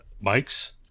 Mike's